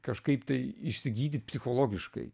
kažkaip tai išsigydyt psichologiškai